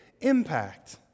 impact